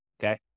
okay